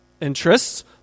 interests